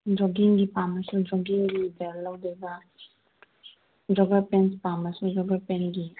ꯖꯣꯒꯤꯡꯒꯤ ꯄꯥꯝꯂꯁꯨ ꯖꯣꯒꯤꯡꯒꯤ ꯕꯦꯜ ꯂꯧꯗꯣꯏꯕ ꯖꯣꯒꯔ ꯄꯦꯟ ꯄꯥꯝꯂꯁꯨ ꯖꯣꯒꯔ ꯄꯦꯟꯒꯤ